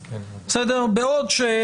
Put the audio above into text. אבל בעצם מעביר מסר לבוחרים הכלליים כדי שיבחרו,